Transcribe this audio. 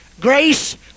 Grace